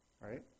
right